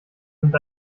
sind